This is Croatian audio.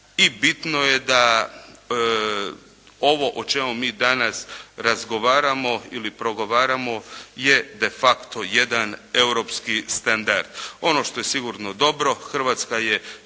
bitno je da ovo o čemu mi danas razgovaramo ili progovaramo je de facto jedan europski standard. Ono što je sigurno dobro, Hrvatska je